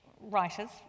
writers